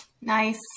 Nice